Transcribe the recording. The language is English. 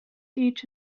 each